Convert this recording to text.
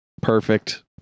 Perfect